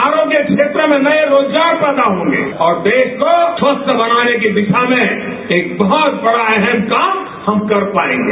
आरोग्य के क्षेत्र में नये रोजगार पैदा होंगे और देश को स्वस्थ बनाने के दिशा में हम एक बहुत बड़ा अहम काम कर पायेंगे